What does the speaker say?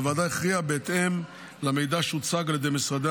והוועדה הכריעה בהתאם למידע שהוצג על ידי משרדי